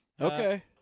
okay